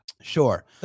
Sure